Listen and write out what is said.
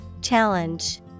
Challenge